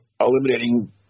eliminating